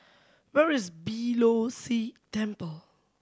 where is Beeh Low See Temple